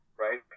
right